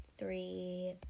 three